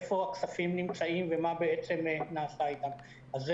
איפה הכספים נמצאים ומה נעשה איתם זה